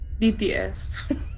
DTS